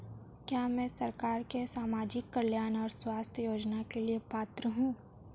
क्या मैं सरकार के सामाजिक कल्याण और स्वास्थ्य योजना के लिए पात्र हूं?